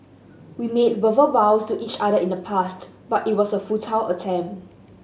we made verbal vows to each other in the past but it was a futile attempt